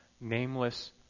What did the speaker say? nameless